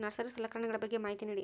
Nursery ಸಲಕರಣೆಗಳ ಬಗ್ಗೆ ಮಾಹಿತಿ ನೇಡಿ?